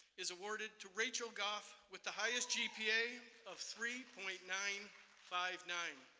is awarded to rachael goff with the highest gps of three point nine five nine.